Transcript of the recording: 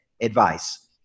advice